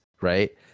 right